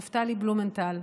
את נפתלי בלומנטל,